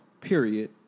period